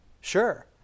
sure